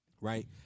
Right